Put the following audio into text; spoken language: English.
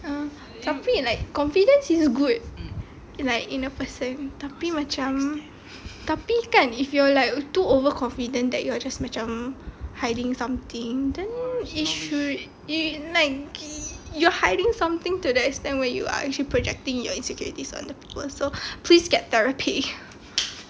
um tapi like confidence is good like in a person tapi macam tapi kan if you're like too overconfident then you are just macam hiding something then it should it like you're hiding something to the extent where you are actually projecting your insecurities on other people so please get therapy